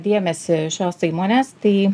dėmesį šios įmonės tai